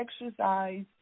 exercise